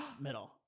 middle